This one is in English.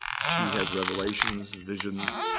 she has revelations, visions.